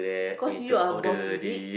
cause you are boss is it